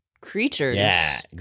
creatures